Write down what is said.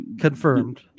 confirmed